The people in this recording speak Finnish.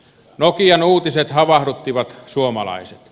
nokian uutiset havahduttivat suomalaiset